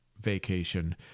vacation